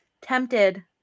tempted